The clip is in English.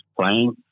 playing